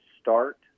start